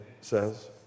says